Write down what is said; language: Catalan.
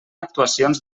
actuacions